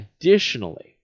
Additionally